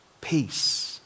peace